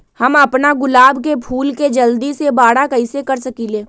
हम अपना गुलाब के फूल के जल्दी से बारा कईसे कर सकिंले?